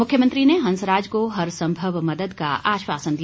मुख्यमंत्री ने हंसराज को हर संभव मदद का आश्वासन दिया